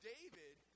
David